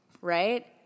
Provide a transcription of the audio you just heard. right